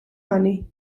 money